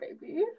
baby